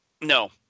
No